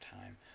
time